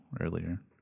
earlier